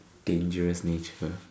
dangerous nature